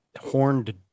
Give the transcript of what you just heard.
horned